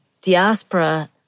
diaspora